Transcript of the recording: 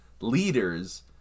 leaders